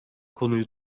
konuyu